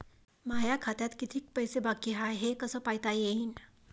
माया खात्यात कितीक पैसे बाकी हाय हे कस पायता येईन?